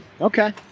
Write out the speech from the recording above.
Okay